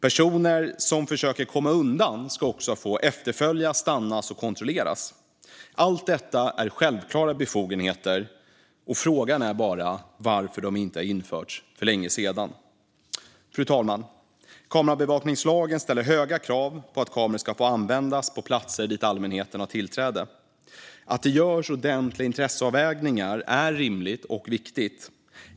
Personer som försöker komma undan ska få efterföljas, stannas och kontrolleras. Allt detta är självklara befogenheter, och frågan är bara varför de inte har införts för länge sedan. Fru talman! Kamerabevakningslagen ställer höga krav för att kameror ska få användas på platser dit allmänheten har tillträde. Att det görs ordentliga intresseavvägningar är rimligt och viktigt.